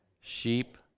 Sheep